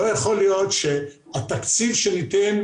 לא יכול להיות שהתקציב שניתן